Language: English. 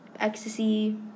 ecstasy